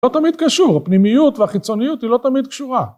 לא תמיד קשור, פנימיות והחיצוניות היא לא תמיד קשורה